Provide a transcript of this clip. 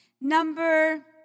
Number